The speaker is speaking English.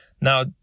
Now